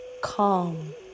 calm